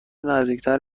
نزدیکتر